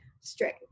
straight